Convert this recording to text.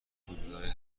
حدودای